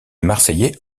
marseillais